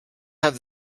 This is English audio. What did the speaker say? have